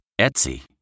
Etsy